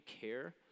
care